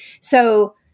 So-